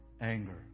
anger